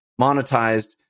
monetized